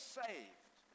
saved